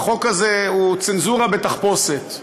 החוק הזה הוא צנזורה בתחפושת,